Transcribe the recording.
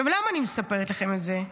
למה אני מספרת לכם את זה?